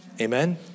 Amen